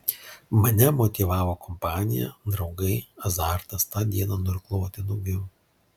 mane motyvavo kompanija draugai azartas tą dieną nuirkluoti daugiau